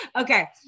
Okay